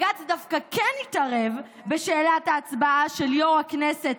כשבג"ץ דווקא כן התערב בשאלת ההצבעה של יו"ר הכנסת,